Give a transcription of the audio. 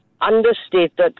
understated